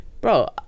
bro